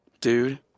dude